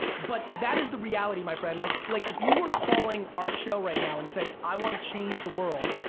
but that is the reality my friend. like like if you were calling our show right now and saying i want to change the world,